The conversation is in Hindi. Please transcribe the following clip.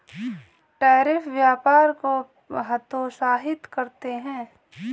टैरिफ व्यापार को हतोत्साहित करते हैं